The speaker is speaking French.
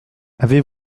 avez